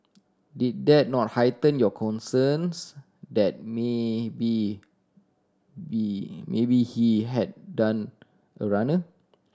did that not heighten your concerns that maybe be maybe he had done a runner